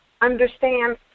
understand